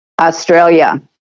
Australia